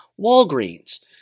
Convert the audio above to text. Walgreens